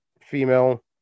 female